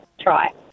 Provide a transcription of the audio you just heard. try